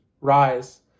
Rise